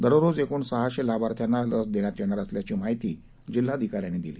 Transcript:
दररोजएकूणसहाशेलाभार्थ्यांनालसदेण्यातयेणारअसल्याचीमाहितीजिल्हाधिकाऱ्यांनीदि ली